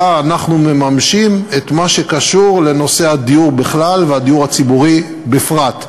אנחנו מממשים את מה שקשור לנושא הדיור בכלל והדיור הציבורי בפרט.